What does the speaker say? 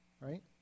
right